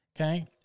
Okay